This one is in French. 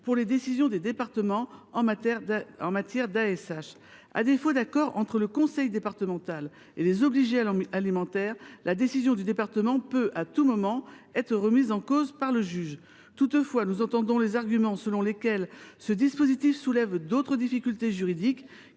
pour les décisions des départements en matière d’ASH. À défaut d’accord entre le conseil départemental et les obligés alimentaires, la décision du département peut à tout moment être remise en cause par le juge. Toutefois, nous entendons que ce dispositif soulève d’autres difficultés juridiques